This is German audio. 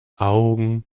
augen